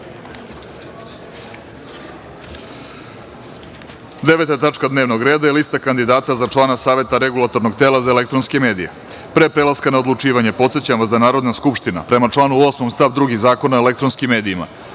Devetu tačku dnevnog reda – lista kandidata za člana saveta Regulatornog tela za elektronske medije. Pre prelaska na odlučivanje, podsećam vas da Narodna skupština, prema članu 8. stav 2. Zakona o elektronskim medijima,